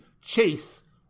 chase